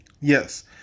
Yes